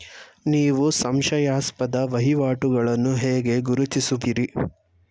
ನೀವು ಸಂಶಯಾಸ್ಪದ ವಹಿವಾಟುಗಳನ್ನು ಹೇಗೆ ಗುರುತಿಸುವಿರಿ?